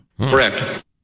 Correct